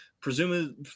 Presumably